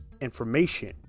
information